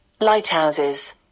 Lighthouses